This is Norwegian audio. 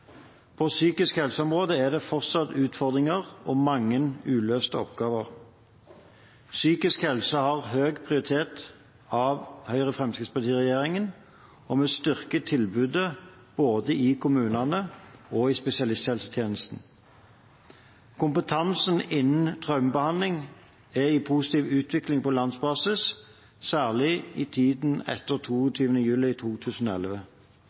På psykisk helse-området er det fortsatt utfordringer og mange uløste oppgaver. Psykisk helse har høy prioritet i Høyre–Fremskrittsparti-regjeringen, og vi styrker tilbudet både i kommunene og i spesialisthelsetjenesten. Kompetansen innen traumebehandling er i positiv utvikling på landsbasis, særlig i tiden etter 22. juli 2011.